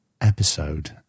episode